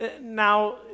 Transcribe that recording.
Now